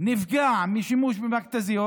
נפגע משימוש במכת"זיות,